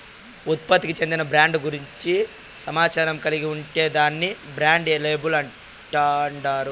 ఉత్పత్తికి చెందిన బ్రాండ్ గూర్చి సమాచారం కలిగి ఉంటే దాన్ని బ్రాండ్ లేబుల్ అంటాండారు